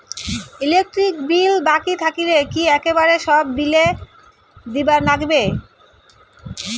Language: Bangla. ইলেকট্রিক বিল বাকি থাকিলে কি একেবারে সব বিলে দিবার নাগিবে?